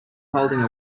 holding